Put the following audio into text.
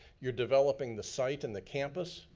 you're developing the site and the campus,